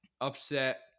upset